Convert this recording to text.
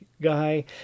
guy